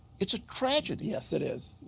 it is a tragedy. yes it is.